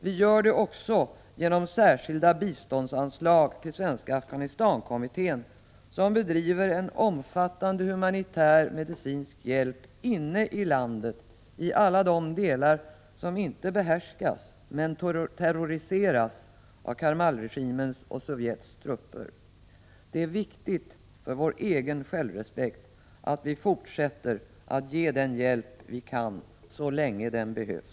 Vi gör det också genom särskilda biståndsanslag till Svenska Afghanistankommittén, som bedriver en omfattande humanitär och medicinsk hjälp inne i landet i alla de delar som inte behärskas men terroriseras av Karmalregimens och Sovjets trupper. Det är viktigt för vår egen självrespekt att vi fortsätter att ge den hjälp vi kan så länge den behövs.